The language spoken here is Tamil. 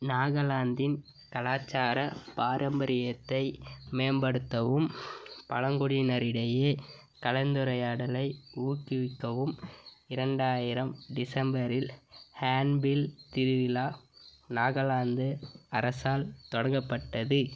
நாகாலாந்தின் கலாச்சார பாரம்பரியத்தை மேம்படுத்தவும் பழங்குடியினரிடையே கலந்துரையாடலை ஊக்குவிக்கவும் இரண்டாயிரம் டிசம்பரில் ஹான்பில் திருவிழா நாகாலாந்து அரசால் தொடங்கப்பட்டது